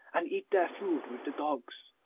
and eat their food with the dogs.